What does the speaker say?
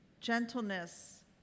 gentleness